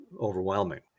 overwhelming